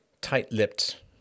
tight-lipped